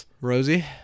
Rosie